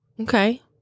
Okay